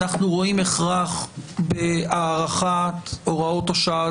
אנחנו רואים הכרח בהארכת הוראת השעה.